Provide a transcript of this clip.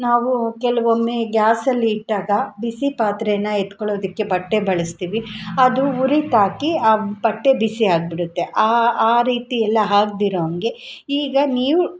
ನಾವೂ ಕೆಲವೊಮ್ಮೆ ಗ್ಯಾಸಲ್ಲಿ ಇಟ್ಟಾಗ ಬಿಸಿ ಪಾತ್ರೇನ ಎತ್ಕೊಳೋದಕ್ಕೆ ಬಟ್ಟೆ ಬಳಸ್ತೀವಿ ಅದು ಉರಿ ತಾಕಿ ಆ ಬಟ್ಟೆ ಬಿಸಿ ಆಗಿಬಿಡುತ್ತೆ ಆ ಆ ರೀತಿಯೆಲ್ಲ ಆಗ್ದಿರುವಂಗೆ ಈಗ ನೀವು